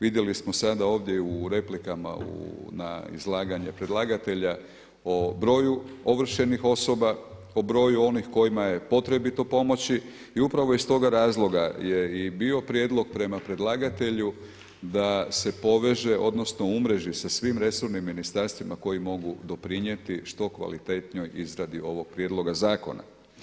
Vidjeli smo sada ovdje u replikama na izlaganje predlagatelja o broju ovršenih osoba, o broju onih kojima je potrebito pomoći i upravo iz toga razloga je i bio prijedlog prema predlagatelju da se poveže odnosno umreži sa svim resornim ministarstvima koji mogu doprinijeti što kvalitetnijoj izradi ovog prijedloga zakona.